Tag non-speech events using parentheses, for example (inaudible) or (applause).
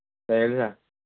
(unintelligible) ꯁꯥꯔ